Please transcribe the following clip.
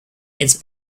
its